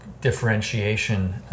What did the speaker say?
differentiation